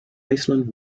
iceland